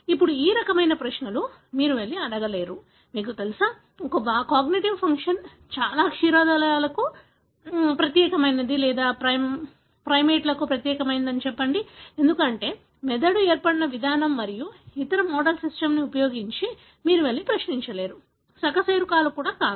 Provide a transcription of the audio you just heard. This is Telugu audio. ఇప్పుడు ఈ రకమైన ప్రశ్నలు మీరు వెళ్లి అడగలేరు మీకు తెలుసా ఒక కాగ్నిటివ్ ఫంక్షన్ చాలా క్షీరదాలకు ప్రత్యేకమైనది లేదా ప్రైమేట్లకు ప్రత్యేకమైనది అని చెప్పండి ఎందుకంటే మెదడు ఏర్పడిన విధానం మరియు ఇతర మోడల్ సిస్టమ్ని ఉపయోగించి మీరు వెళ్లి ప్రశ్నించలేరు సకశేరుకాలు కూడా కాదు